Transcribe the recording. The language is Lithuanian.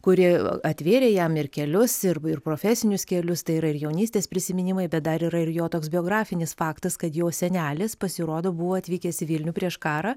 kuri atvėrė jam ir kelius ir ir profesinius kelius tai yra ir jaunystės prisiminimai bet dar yra ir jo toks biografinis faktas kad jo senelis pasirodo buvo atvykęs į vilnių prieš karą